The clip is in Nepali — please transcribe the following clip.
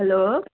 हेलो